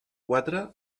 quatre